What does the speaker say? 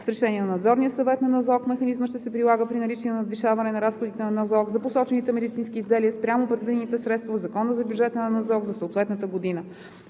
с решение на Надзорния съвет на НЗОК. Механизмът ще се прилага при наличие на надвишаване на разходите на НЗОК за посочените медицински изделия спрямо предвидените средства в Закона за бюджета на НЗОК за съответната година.